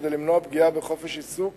כדי למנוע פגיעה בחופש העיסוק